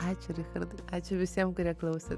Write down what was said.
ačiū richardai ačiū visiem kurie klausė